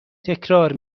تکرار